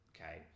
Okay